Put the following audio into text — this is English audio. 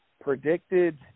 predicted